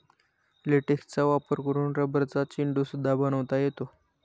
लेटेक्सचा वापर करून रबरचा चेंडू सुद्धा बनवता येतो